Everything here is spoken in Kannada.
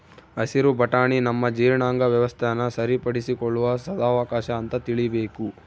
ಹಸಿರು ಬಟಾಣಿ ನಮ್ಮ ಜೀರ್ಣಾಂಗ ವ್ಯವಸ್ಥೆನ ಸರಿಪಡಿಸಿಕೊಳ್ಳುವ ಸದಾವಕಾಶ ಅಂತ ತಿಳೀಬೇಕು